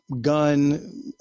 gun